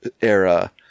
era